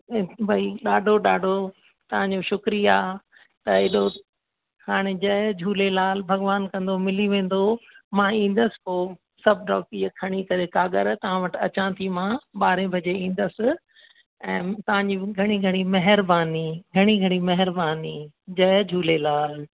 भई ॾाढो ॾाढो तव्हांजो शुक्रिया त हेॾो हाणे जय झूलेलाल भॻवान कंदो मिली वेंदो मां ईंदसि पोइ सभु डॉक ईअं खणी करे काॻर तव्हां वटि अचा थी मां ॿारहें बजे ईंदसि ऐं तव्हांजी घणी घणी महिरबानी घणी घणी महिरबानी जय झूलेलाल